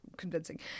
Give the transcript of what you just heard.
convincing